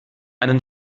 einen